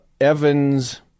Evans